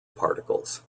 particles